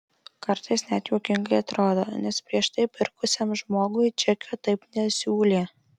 kartais net juokingai atrodo nes prieš tai pirkusiam žmogui čekio taip nesiūlė